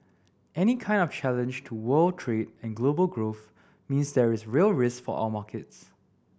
any kind of challenge to world trade and global growth means there is real risk for our markets